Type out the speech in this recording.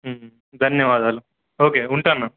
ధన్యవాదాలు ఓకే ఉంటాను